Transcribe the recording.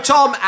Tom